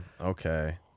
okay